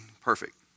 perfect